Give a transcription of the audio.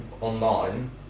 online